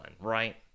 right